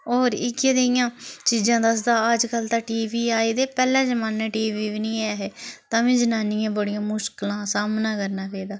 होर इ'यै जेहियां चीजां दसदा अज्जकल ते टी वी आई गेदे पैह्ले जमाने टी वी बी नेईं ऐ हे तां बी जनानियें बड़ियें मुश्कलें दा सामना करना पेदा